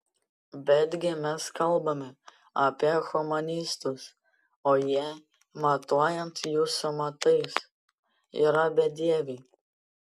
betgi mes kalbame apie humanistus o jie matuojant jūsų matais yra bedieviai